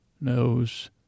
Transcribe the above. knows